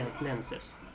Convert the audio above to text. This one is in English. lenses